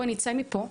בואי נצא מפה".